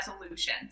resolutions